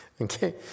Okay